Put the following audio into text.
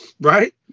right